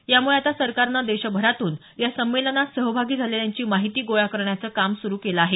यामुळे आता सरकारनं देशभरातून या संमेलनात सहभागी झालेल्यांची माहिती गोळा करण्याचं काम सुरू केलं आहे